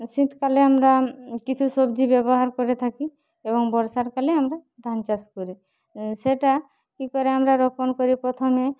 শীতকালে আমরা কিছু সবজি ব্যবহার করে থাকি এবং বর্ষার কালে আমরা ধান চাষ করি সেটা কি করে আমরা রোপণ করি প্রথমে